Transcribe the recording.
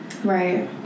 Right